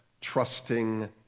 trusting